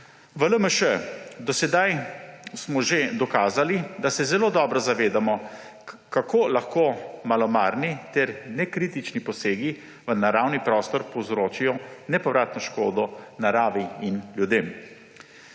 V LMŠ smo do sedaj že dokazali, da se zelo dobro zavedamo, kako lahko malomarni ter nekritični posegi v naravni prostor povzročijo nepovratno škodo naravi in ljudem.